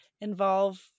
involve